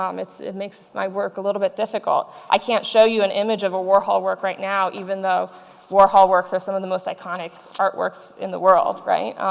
um it makes my work a little bit difficult. i can't show you an image of a warhol work right now even though warhol works are some of the most iconic artworks in the world, right?